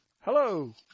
Hello